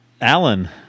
Alan